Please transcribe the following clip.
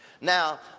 Now